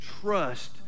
trust